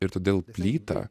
ir todėl plytą